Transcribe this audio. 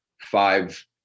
five